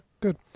good